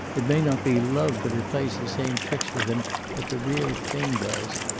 it may not be love, but it plays the same tricks with him that the real thing does.